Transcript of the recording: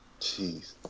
Jeez